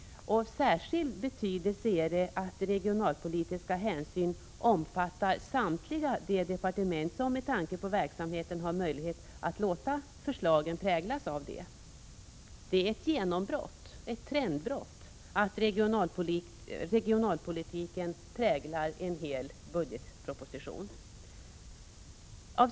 Av särskild betydelse är att samtliga departement har tagit regionalpolitiska hänsyn, alla departement som med hänsyn till sin verksamhet kan låta sina förslag präglas av sådana hänsyn Det är ett genombrott, ett trendbrott, att regionalpolitiken präglar en hel budgetproposition.